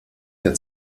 der